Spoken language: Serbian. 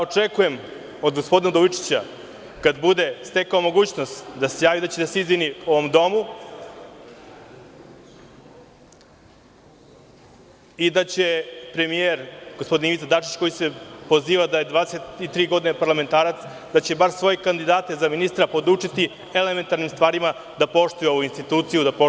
Očekujem od gospodina Udovičića, kada bude stekao mogućnost da se javi, da će da se izvini ovom domu i da će premijer, gospodin Ivica Dačić, koji se poziva da je 23 godine parlamentarac, bar svoje kandidate za ministra podučiti elementarnim stvarima, da poštuju ovu instituciju, da poštuju Vladu.